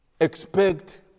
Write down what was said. expect